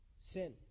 Sin